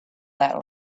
that